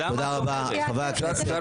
תודה רבה, חברי הכנסת.